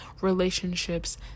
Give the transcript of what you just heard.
relationships